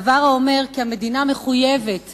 דבר האומר שהמדינה מחויבת